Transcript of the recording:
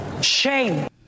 Shame